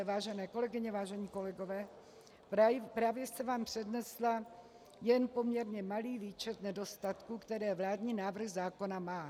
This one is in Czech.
Vážené kolegyně, vážení kolegové, právě jsem vám přednesla jen poměrně malý výčet nedostatků, které vládní návrh zákona má.